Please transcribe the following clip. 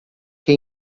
che